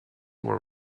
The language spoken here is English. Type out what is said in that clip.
were